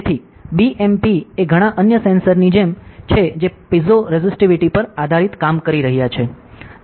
તેથી BMP એ ઘણાં અન્ય સેન્સર્સની જેમ છે જે પીઝોરેસિટીવિટી પર આધારિત કામ કરી રહ્યા છે